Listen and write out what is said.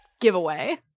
Giveaway